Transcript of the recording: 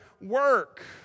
work